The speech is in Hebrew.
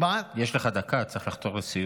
יש לך דקה, צריך לחתור לסיום.